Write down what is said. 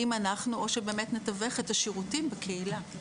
או שבאמת נתווך את השירותים בקהילה.